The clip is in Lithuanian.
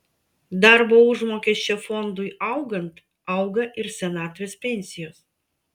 darbo užmokesčio fondui augant auga ir senatvės pensijos